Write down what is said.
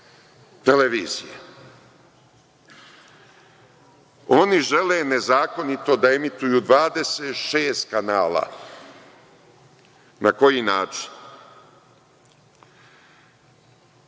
televizije. Oni žele nezakonito da emituju 26 kanala. Na koji način? Oni